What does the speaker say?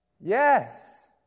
Yes